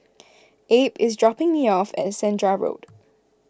Abe is dropping me off at Senja Road